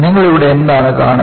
നിങ്ങൾ ഇവിടെ എന്താണ് കാണുന്നത്